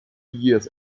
years